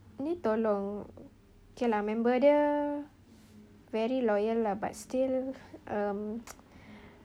ini tolong okay lah member dia very loyal lah but still